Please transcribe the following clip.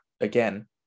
again